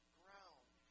ground